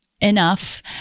enough